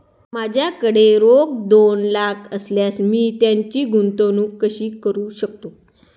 माझ्याकडे रोख दोन लाख असल्यास मी त्याची गुंतवणूक कशी करू शकतो?